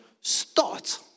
start